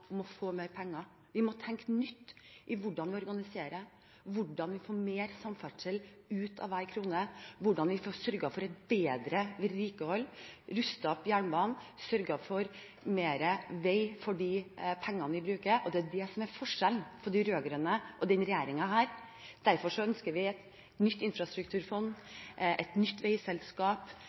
få mer penger. Vi må tenke nytt når det gjelder hvordan vi organiserer, hvordan vi får mer samferdsel ut av hver krone, hvordan vi sørger for et bedre vedlikehold, hvordan vi ruster opp jernbanen og hvordan vi sørger for å få mer vei for pengene vi bruker. Det er forskjellen på de rød-grønne og denne regjeringen. Derfor ønsker vi et nytt infrastrukturfond og et nytt veiselskap.